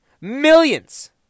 Millions